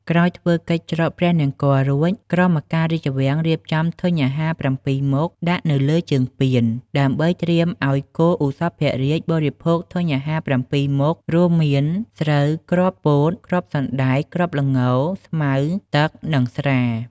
ក្រោយធ្វើកិច្ចច្រត់ព្រះនង្គ័លរួច ក្រមការរាជវាំង រៀបចំធញ្ញអាហារ ៧មុខដាក់នៅលើជើងពាន ដើម្បីត្រៀមឱ្យគោឧសភរាជបរិភោគធញ្ញអាហារ ៧មុខ រួមមាន ស្រូវ គ្រាប់ពោត គ្រាប់សណ្ដែក គ្រាប់ល្ង ស្មៅ ទឹក និងស្រា។